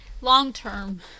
long-term